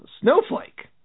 snowflake